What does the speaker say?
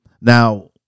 Now